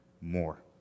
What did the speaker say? more